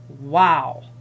Wow